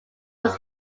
was